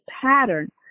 pattern